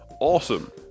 Awesome